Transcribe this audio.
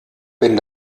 wenn